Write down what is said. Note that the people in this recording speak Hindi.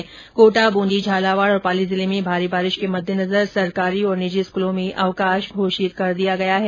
उधर कोटा ब्रंदी झालावाड और पाली जिले में भारी बारिश के मद्देनजर सरकारी और निजी स्कूलों में अवकाश घोषित कर दिया गया है